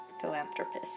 philanthropist